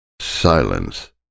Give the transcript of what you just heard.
Silence